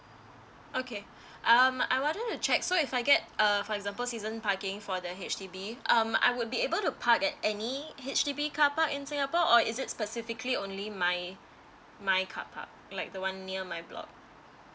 okay um I wanted to check so if I get err for example season parking for the H_D_B um I would be able to park at any H_D_B carpark in singapore or is it specifically only my my carpark like the one near my block